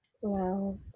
Wow